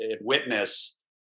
witness